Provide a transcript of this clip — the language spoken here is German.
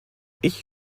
ich